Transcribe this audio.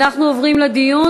אנחנו עוברים לדיון.